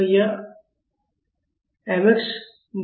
तो यह mx double dot है